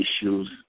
issues